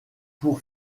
pour